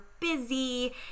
busy